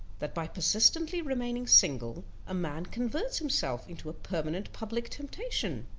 that by persistently remaining single, a man converts himself into a permanent public temptation.